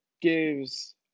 gives